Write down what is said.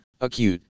acute